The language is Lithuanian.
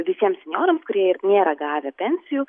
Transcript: visiems senjorams kurie ir nėra gavę pensijų